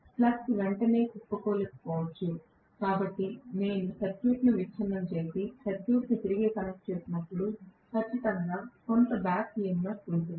flux వెంటనే కుప్పకూలిపోకపోవచ్చు కాబట్టి నేను సర్క్యూట్ను విచ్ఛిన్నం చేసి సర్క్యూట్ను తిరిగి కనెక్ట్ చేసినప్పుడు ఖచ్చితంగా కొంత బ్యాక్ EMF ఉంటుంది